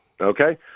Okay